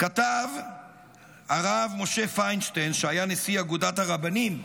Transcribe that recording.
הרב משה פיינשטיין, שהיה נשיא אגודת הרבנים,